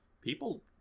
people